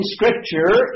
Scripture